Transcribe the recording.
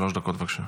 שלוש דקות, בבקשה.